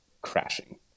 crashing